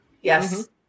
Yes